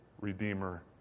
Redeemer